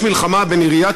יש מלחמה בין עיריית